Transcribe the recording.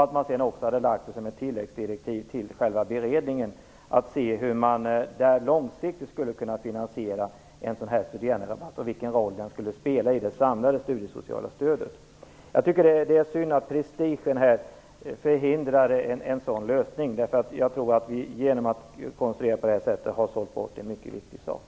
Man hade sedan kunnat lägga det som ett tilläggsdirektiv till själva beredningen för att se hur man långsiktigt skulle kunna finansiera en studeranderabatt och vilken roll den skulle spela i det samlade studiesociala stödet. Det är synd att prestigen förhindrar en sådan lösning, och jag tror att vi genom denna konstruktion har sålt ut en mycket viktig sak.